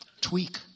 tweak